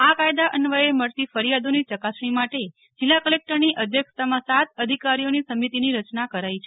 આ કાયદા અન્વયે મળતી ફરિયાદોની ચકાસણી માટે જિલ્લા કલેકટરની અધ્યક્ષતામાં સાત અધિકારીઓની સમિતિની રચના કરાઈ છે